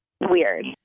weird